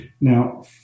Now